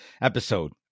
episode